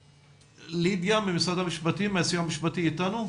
לידיה, ממשרד המשפטים, מהסיוע המשפטי, איתנו.